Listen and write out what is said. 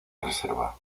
reserva